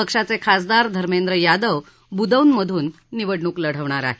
पक्षाचे खासदार धमेंद्र यादव बुदौनमधून निवडणूक लढवणार आहेत